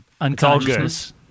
unconsciousness